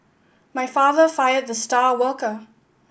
my father fired the star worker